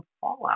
fallout